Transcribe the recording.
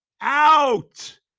Out